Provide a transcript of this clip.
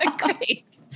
great